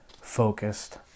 focused